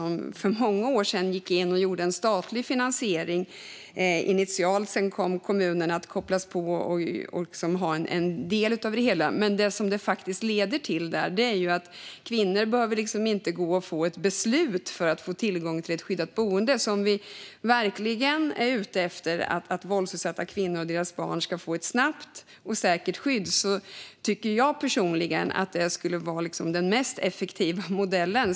För många år sedan gick man in med en statlig finansiering initialt. Sedan kopplades kommunerna på. Detta har lett till att kvinnor i Norge inte behöver ett beslut för att få tillgång till ett skyddat boende. Om vi verkligen är ute efter att våldsutsatta kvinnor och deras barn ska få ett snabbt och säkert skydd tycker jag personligen att det skulle vara den mest effektiva modellen.